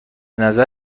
نظر